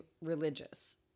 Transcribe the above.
religious